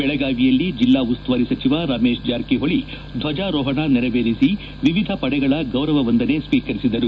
ಬೆಳಗಾವಿಯಲ್ಲಿ ಜಿಲ್ಲಾ ಉಸ್ತುವಾರಿ ಸಚಿವ ರಮೇಶ ಜಾರಕಿಹೊಳಿ ಧ್ವಜಾರೋಹಣ ನೆರವೇರಿಸಿ ವಿವಿಧ ಪಡೆಗಳ ಗೌರವ ವಂದನೆ ಸ್ವೀಕರಿಸಿದರು